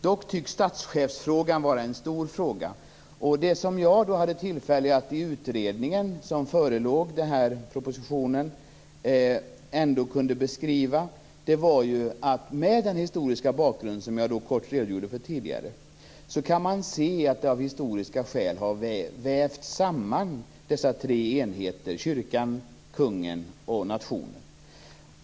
Dock tycks statschefsfrågan vara en stor angelägenhet. I den utredning som föregick propositionen hade jag tillfälle att mot den historiska bakgrund som jag tidigare kort redogjort för beskriva att historiska skäl har vävt samman de tre enheterna kyrkan, kungen och nationen.